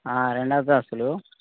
రెండు అంతస్తులు